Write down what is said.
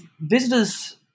visitors